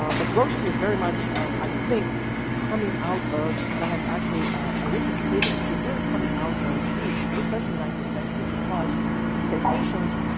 um but grotius is very much i think coming out of and i have actually a reason to say this, he's really coming out of use especially in nineteenth century because citations,